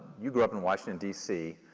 you grew up in washington d c.